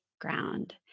ground